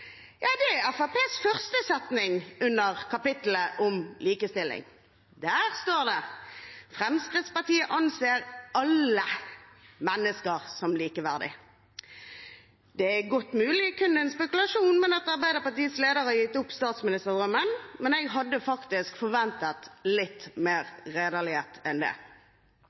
under kapitlet om likestilling. Der står det: «Fremskrittspartiet anser alle mennesker som likeverdige.» Det er godt mulig – og kun en spekulasjon – at Arbeiderpartiets leder har gitt opp statsministerdrømmen, men jeg hadde faktisk forventet litt mer redelighet enn det.